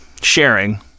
sharing